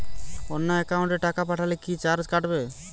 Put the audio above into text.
অন্য একাউন্টে টাকা পাঠালে কি চার্জ কাটবে?